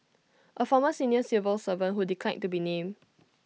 A former senior civil servant who declined to be named